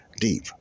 deep